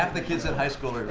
the kids in high school